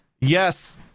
Yes